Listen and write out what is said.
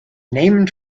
named